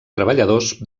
treballadors